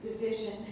Division